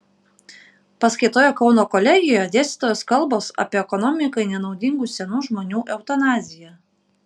paskaitoje kauno kolegijoje dėstytojos kalbos apie ekonomikai nenaudingų senų žmonių eutanaziją